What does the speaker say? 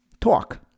talk